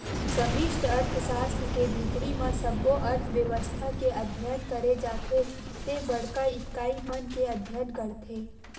समस्टि अर्थसास्त्र के भीतरी म सब्बो अर्थबेवस्था के अध्ययन करे जाथे ते बड़का इकाई मन के अध्ययन करथे